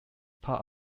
part